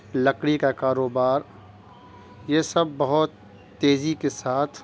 لکڑی کا کاروبار یہ سب بہت تیزی کے ساتھ